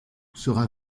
sera